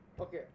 okay